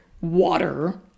water